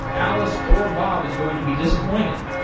alice or bob is going to be disappointed.